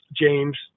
James